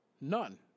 None